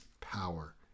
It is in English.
power